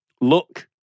look